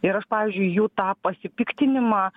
ir aš pavyzdžiui jų tą pasipiktinimą